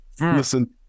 listen